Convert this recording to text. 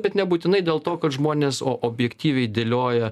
bet nebūtinai dėl to kad žmonės o objektyviai dėlioja